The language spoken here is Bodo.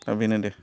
दा बेनो दे